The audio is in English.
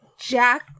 Jack